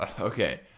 Okay